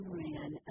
ran